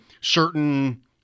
certain